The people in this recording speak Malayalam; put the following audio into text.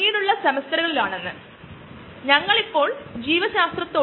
എത്തനോൾ ആനിമേഷൻ 3 ആണ് കോണിൽ നിന്നുമുള്ള എത്തനോൾ 4 ആണ് പിന്നെ അൽഗെ മുതൽ ഫ്യൂവൽ വരെ പട്ടികയിൽ 5 ആണ്